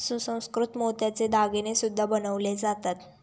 सुसंस्कृत मोत्याचे दागिने सुद्धा बनवले जातात